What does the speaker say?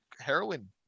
heroin